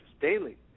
daily